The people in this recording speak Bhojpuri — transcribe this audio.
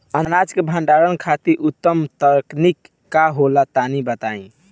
अनाज के भंडारण खातिर उत्तम तकनीक का होला तनी बताई?